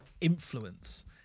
influence